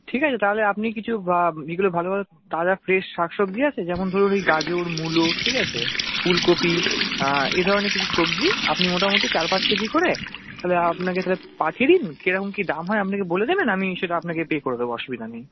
ঠিক আছে তাহলে আপনি কিছু এগুলো ভালোভাবে তাজা ফ্রেশ শাক সবজি আছে যেমন ধরুন ওই গাজর মুলো ঠিক আছে ফুলকপি এ ধরনের কিছু সবজি আপনি মোটামোটি চার পাঁচ কেজি করে তাহলে আপনাকে তাহলে পাঠিয়ে দিন কেরকম কী দাম হয় বলে দেবেন আমি সেটা আপনাকে পে করে দেবো অসুবিধা নেই